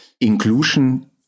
Inclusion